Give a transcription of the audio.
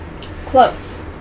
Close